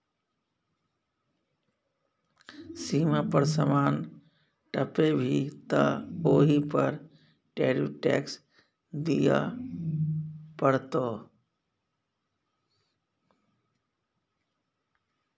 सीमा पर समान टपेभी तँ ओहि पर टैरिफ टैक्स दिअ पड़तौ